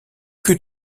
que